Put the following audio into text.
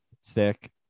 Stick